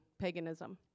paganism